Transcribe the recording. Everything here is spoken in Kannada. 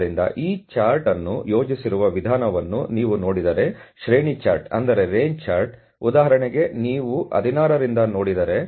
ಆದ್ದರಿಂದ ಈ ಚಾರ್ಟ್ ಅನ್ನು ಯೋಜಿಸಿರುವ ವಿಧಾನವನ್ನು ನೀವು ನೋಡಿದರೆ ಶ್ರೇಣಿ ಚಾರ್ಟ್ ಉದಾಹರಣೆಗೆ ನೀವು 16 ರಿಂದ ನೋಡಿದರೆ